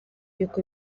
y’uko